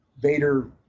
Vader